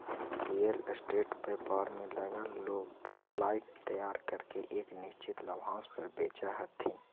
real estate व्यापार में लगल लोग फ्लाइट तैयार करके एक निश्चित लाभांश पर बेचऽ हथी